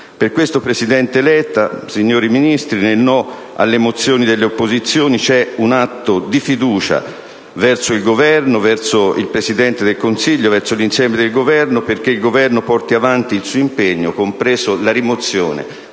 Per questo, presidente Letta, signori Ministri, nel no alla mozione delle opposizioni c'è un atto di fiducia verso il Presidente del Consiglio, verso l'insieme del Governo, perché questo porti avanti il suo impegno, compresa la rimozione